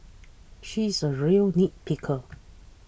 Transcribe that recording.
she is a real nitpicker